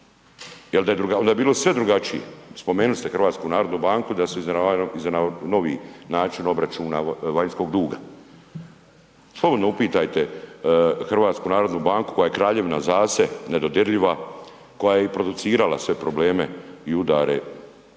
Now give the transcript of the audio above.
onda bi bilo sve drugačije, spomenili ste HNB da se izravnavaju, novi način obračuna vanjskog duga, slobodno upitajte HNB koja je kraljevina za se, nedodirljiva, koja je i producirala sve probleme i udare na